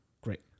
great